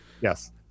Yes